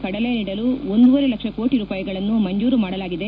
ಕಡಲೆ ನೀಡಲು ಒಂದೂವರೆ ಲಕ್ಷ ಕೋಟಿ ರೂಪಾಯಿಗಳನ್ನು ಮಂಜೂರು ಮಾಡಲಾಗಿದೆ